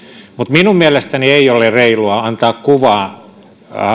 mutta minun mielestäni ei ole reilua antaa kuvaa